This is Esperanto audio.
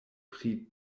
pri